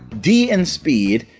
d in speed,